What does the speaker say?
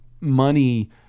money